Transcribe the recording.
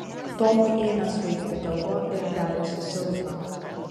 tomui ėmė svaigti galva ir darėsi silpna